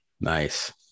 Nice